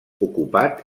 ocupat